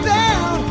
down